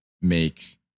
make